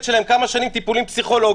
שלהם כמה שנים טיפולים פסיכולוגיים,